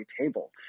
table